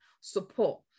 support